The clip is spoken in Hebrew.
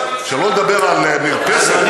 סליחה, סליחה, שלא לדבר על מרפסת.